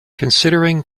considering